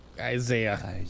Isaiah